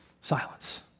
Silence